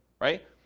right